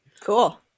Cool